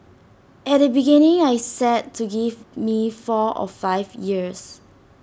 at the beginning I said to give me four or five years